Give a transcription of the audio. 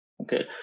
okay